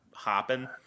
hopping